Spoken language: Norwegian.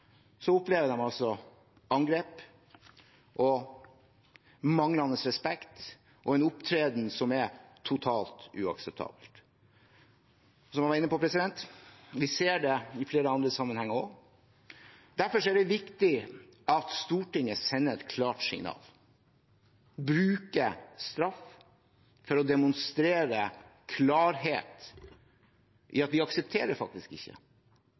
opplever de altså angrep og manglende respekt og en opptreden som er totalt uakseptabel. Som jeg var inne på, vi ser det i flere andre sammenhenger også. Derfor er det viktig at Stortinget sender et klart signal, bruker straff, for klart å demonstrere at vi aksepterer faktisk ikke